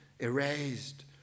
erased